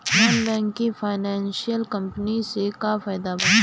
Non banking financial company से का फायदा बा?